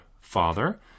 father